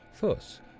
Thus